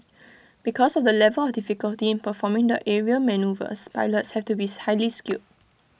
because of the level of difficulty in performing aerial manoeuvres pilots have to be highly skilled